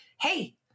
hey